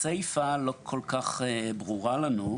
הסייפה לא כל כך ברורה לנו.